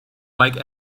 like